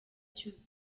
cyuzuye